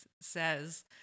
says